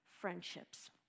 friendships